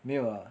没有 lah